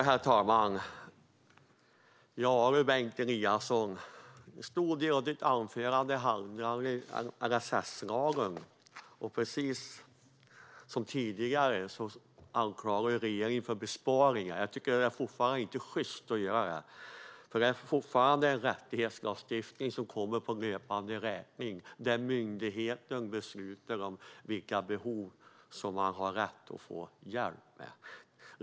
Herr talman! En stor del av ditt anförande handlade om LSS, Bengt Eliasson. Precis som tidigare anklagade du regeringen för besparingar. Jag tycker att det inte är sjyst. Det är fortfarande en rättighetslagstiftning som kommer på löpande räkning där myndigheten beslutar om vilka behov som man har rätt att få hjälp med.